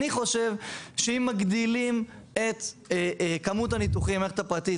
שאם מגדילים את כמות הניתוחים במערכת הפרטית,